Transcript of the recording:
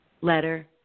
letter